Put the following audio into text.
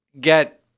get